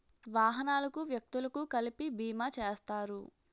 వాహనాలకు వ్యక్తులకు కలిపి బీమా చేస్తారు